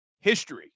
history